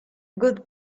good